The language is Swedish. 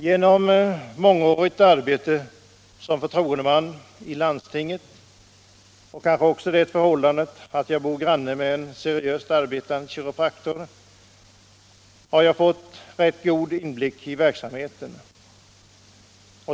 Genom mångårigt arbete som förtroendeman i landstinget och det förhållandet att jag bor granne med en seriöst arbetande kiropraktor har jag fått rätt god inblick i verksamheten.